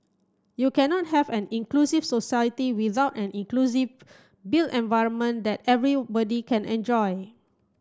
you cannot have an inclusive society without an inclusive built environment that everybody can enjoy